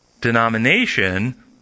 denomination